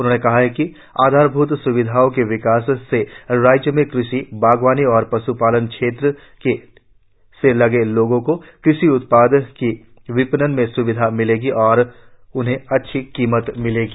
उन्होंने कहा कि आधारभूत स्विधाओं के विकास से राज्य में कृषि बागवानी और पश्पालन क्षेत्र में लगे लोगों को कृषि उत्पादों के विपणन में स्विधा मिलेगी और उन्हें अच्छी कीमत मिलेगी